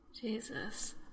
Jesus